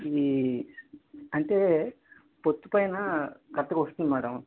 ఈ అంటే పొత్తిపైన కరెక్ట్గా వస్తుంది మేడం